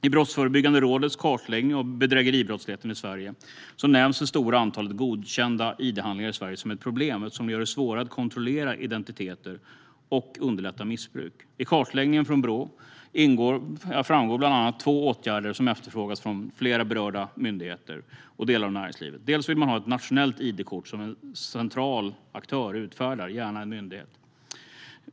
I Brottsförebyggande rådets kartläggning av bedrägeribrottsligheten i Sverige nämns det stora antalet godkända id-handlingar i Sverige som ett problem, eftersom det gör det svårare att kontrollera identiteter och underlättar missbruk. I kartläggningen från Brå framgår bland annat att det är två åtgärder som efterfrågas från flera berörda myndigheter och delar av näringslivet. Man vill ha ett nationellt id-kort, och man vill att en central aktör, gärna en myndighet, utfärdar det.